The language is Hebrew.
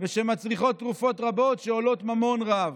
ושמצריכות תרופות רבות שעולות ממון רב.